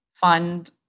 Fund